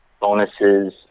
bonuses